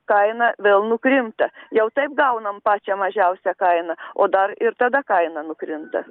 kaina vėl nukrinta jau taip gaunam pačią mažiausią kainą o dar ir tada kaina nukrinta o dar ir tada kaina nukrinta